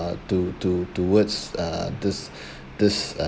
to~ to~ towards uh this this